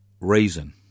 reason